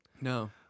No